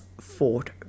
fought